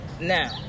Now